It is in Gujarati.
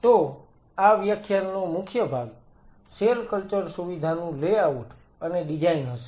તો આ વ્યાખ્યાનનો મુખ્ય ભાગ સેલ કલ્ચર સુવિધાનું લેઆઉટ અને ડિઝાઈન હશે